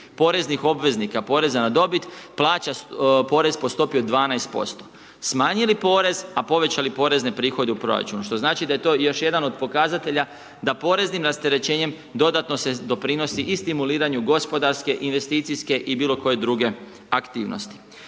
poreznih obveznika Poreza na dobit, plaća porez po stopi od 12%. Smanjili porez, a povećali porezne prihode u proračunu, što znači da je to još jedan od pokazatelja da poreznim rasterećenjem dodatno se doprinosi i stimuliranju gospodarske, investicijske i bilo koje druge aktivnosti.